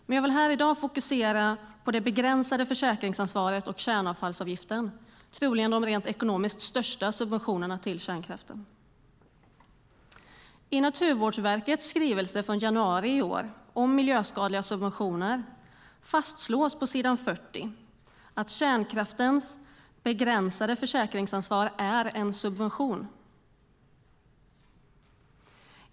Men jag vill i dag fokusera på det begränsade försäkringsansvaret och kärnavfallsavgiften. Det är troligen de rent ekonomiskt största subventionerna till kärnkraften. I Naturvårdsverkets skrivelse från januari i år om miljöskadliga subventioner fastslås på s. 40 att kärnkraftens begränsade försäkringsansvar är en subvention.